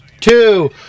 Two